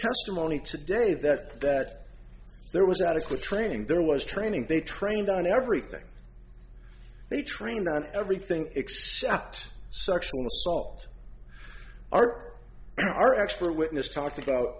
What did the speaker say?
testimony today that that there was adequate training there was training they trained on everything they trained on everything except sexual assault are our expert witness talked about